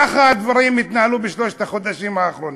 ככה הדברים התנהלו בשלושת החודשים האחרונים.